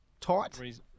Tight